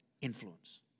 influence